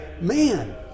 Man